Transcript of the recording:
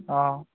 অঁ